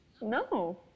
No